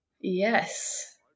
yes